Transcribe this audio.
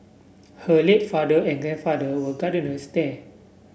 her late father and grandfather were gardeners there